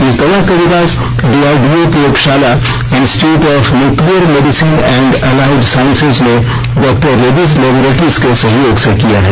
इस दवा का विकास डीआरडीओ प्रयोगशाला Institute of Nuclear Medicine and Allied Sciences ने डॉक्टर रेड्डीज लेब्रोरिटीज के सहयोग से किया है